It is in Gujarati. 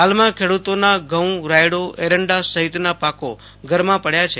હાલમાં ખેડૂતોના ઘઉં રાયડો એરંડા સહિતના પાકો ઘરમાં પડથા છે